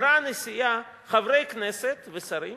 הנשיאה אמרה: חברי כנסת ושרים